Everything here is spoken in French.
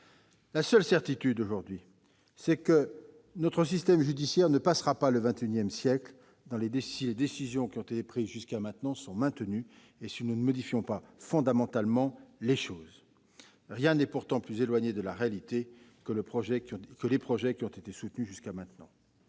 La seule certitude aujourd'hui, c'est que notre système judiciaire ne passera pas le XXIsiècle si les décisions qui ont été prises jusqu'à maintenant sont maintenues et si nous ne modifions pas fondamentalement les choses. Rien n'est pourtant plus éloigné de la réalité que les projets qui ont été soutenus jusqu'à présent.